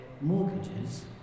mortgages